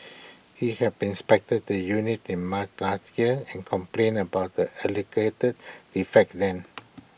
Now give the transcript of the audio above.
he had inspected the unit in March last year and complained about the alleged defects then